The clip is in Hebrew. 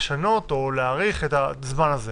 לשנות או להאריך את הזמן הזה.